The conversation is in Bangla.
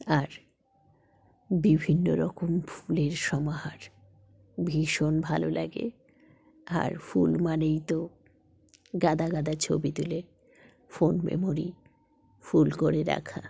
আর বিভিন্ন রকম ফুলের সমাহার ভীষণ ভালো লাগে আর ফুল মানেই তো গাদাগাদা ছবি তুলে ফোন মেমারি ফুল করে রাখা